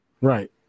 Right